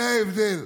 זה ההבדל.